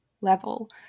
level